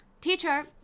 Teacher